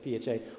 PHA